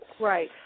right